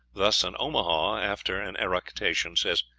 thus an omaha, after an eructation, says,